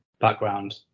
background